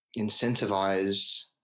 incentivize